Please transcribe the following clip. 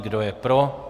Kdo je pro?